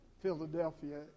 Philadelphia